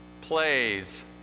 plays